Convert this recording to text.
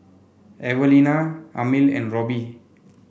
Evelina Amil and Roby